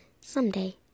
someday